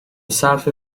صرف